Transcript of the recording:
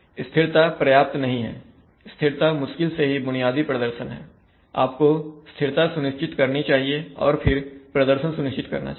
स्थिरता पर्याप्त नहीं है स्थिरता मुश्किल से बुनियादी प्रदर्शन है आपको स्थिरता सुनिश्चित करनी चाहिए और फिर प्रदर्शन सुनिश्चित करना चाहिए